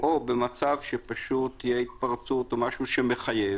או במצב שפשוט תהיה התפרצות או משהו שמחייב.